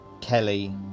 Kelly